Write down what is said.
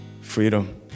freedom